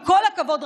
עם כל הכבוד,